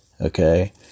okay